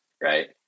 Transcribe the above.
right